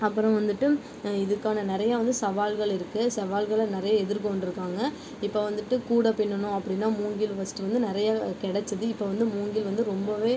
அப்புறம் வந்துட்டு இதுக்கான நிறையா வந்து சவால்கள் இருக்குது சவால்களை நிறைய எதிர் கொண்டிருக்காங்க இப்போ வந்துட்டு கூடை பின்னணும் அப்படின்னா மூங்கில் ஃபஸ்ட்டு வந்து நிறையா கிடச்சிது இப்போ வந்து மூங்கில் வந்து ரொம்பவே